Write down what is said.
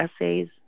essays